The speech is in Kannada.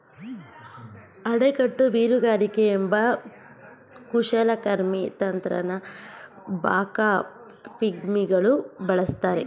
ಅಣೆಕಟ್ಟು ಮೀನುಗಾರಿಕೆ ಎಂಬ ಕುಶಲಕರ್ಮಿ ತಂತ್ರನ ಬಾಕಾ ಪಿಗ್ಮಿಗಳು ಬಳಸ್ತಾರೆ